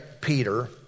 Peter